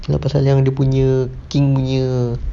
kenapa sayang dia punya king punya